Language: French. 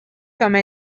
comme